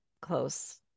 close